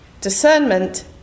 Discernment